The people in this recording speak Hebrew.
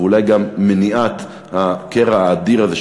ואולי גם מניעת הקרע האדיר הזה,